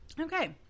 Okay